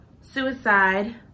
suicide